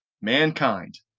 mankind